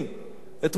ביטחונית בכירה.